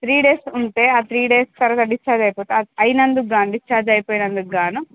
three days ఉంటే ఆ three days త్వరగా డిశ్చార్జ్ అయిపోతే అయి అయినందుకు కాను అండి డిశ్చార్జ్ అయిపోయినందుకు కాను